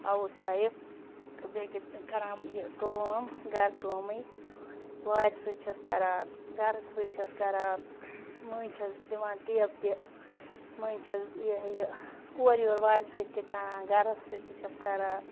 house wife بیٚیہِ کَران یہِ کٲم گَرٕ کٲمٕے وارِ سۭتۍ چھَس کَران گَرَس سۭتۍ چھَس کَران مٔنٛزۍ چھَس دِوان ٹیب تہِ مٔنٛزۍ چھَس یہِ ہہ یہِ اورٕ یورٕ وارِ سۭتۍ تہِ کَران گَرَس سۭتۍ تہِ چھَس کَران